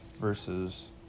versus